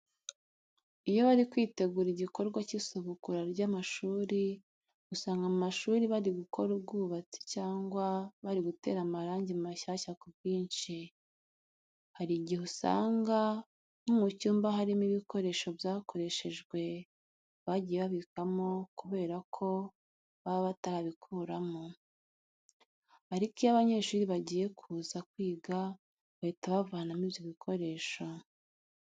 Iyo bari kwitegura igikorwa cy'isubukura ry'amashuri usanga mu mashuri bari gukora ubwubatsi cyangwa bari gutera amarangi mashyashya ku bwinshi. Hari igihe usanga nko mu cyumba harimo ibikoresho byakoreshejwe bagiye babikamo kubera ko baba batarabikuramo. Ariko iyo abanyeshuri bagiye kuza kwiga bahita bavanamo ibyo bikoresho.